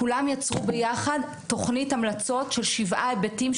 כולם יצאו ביחד תוכנית המלצות של שבעה היבטים,